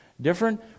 different